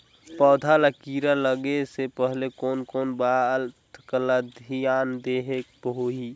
पौध ला कीरा लगे से पहले कोन कोन बात ला धियान देहेक होही?